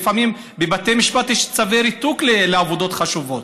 בבתי משפט יש צווי ריתוק לעבודות חשובות,